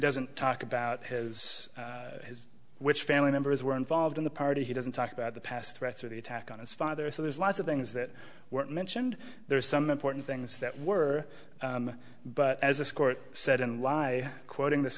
doesn't talk about has his which family members were involved in the party he doesn't talk about the past threats or the attack on his father so there's lots of things that were mentioned there are some important things that were but as this court said and why quoting th